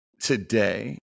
today